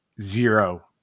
Zero